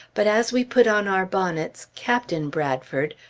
but as we put on our bonnets, captain bradford,